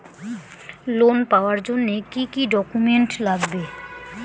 Loan পাওয়ার জন্যে কি কি ডকুমেন্ট লাগবে?